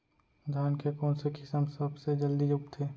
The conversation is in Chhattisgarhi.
धान के कोन से किसम सबसे जलदी उगथे?